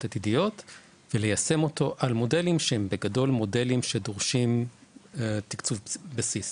עתידיות וליישם אותו על מודלים שהם בגדול מודלים שדורשים תקצוב בסיס,